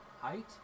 Height